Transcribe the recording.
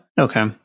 Okay